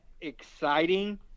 exciting